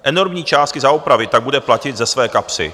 Enormní částky za opravy tak bude platit ze své kapsy.